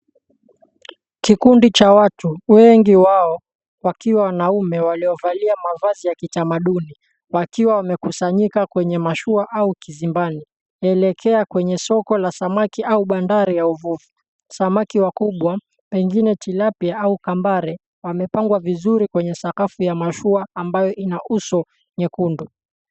Kikundi cha watu, wengi wao wakiwa wanaume waliovalia mavazi ya kitamaduni, wakiwa wamekusanyika kwenye mashua au kizimbani, waelekea kwenye soko la samaki au bandari la uvuvi; samaki wakubwa, wengine tilapia au kambare, wamepangwa vizuri kwenye sakafu ya mashua ambayo ina uso nyekundu.